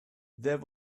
there